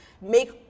make